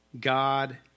God